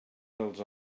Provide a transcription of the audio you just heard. dels